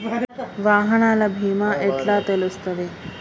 వాహనాల బీమా ఎట్ల తెలుస్తది?